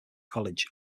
college